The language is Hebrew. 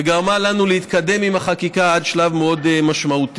וגרמה לנו להתקדם בחקיקה עד שלב מאוד משמעותי,